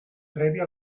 prèvia